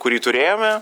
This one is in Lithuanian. kurį turėjome